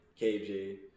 KJ